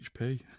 HP